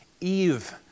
Eve